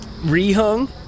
re-hung